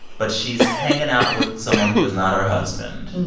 but she's hanging out with someone who is not her husband.